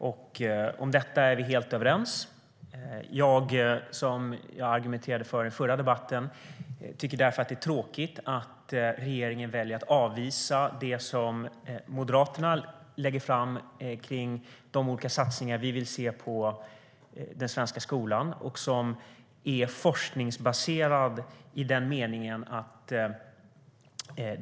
Som jag sa i den förra debatten tycker jag därför att det är tråkigt att regeringen väljer att avvisa de olika satsningar som vi moderater lägger fram och vill se på den svenska skolan och som är forskningsbaserade.